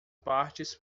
partes